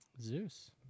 Zeus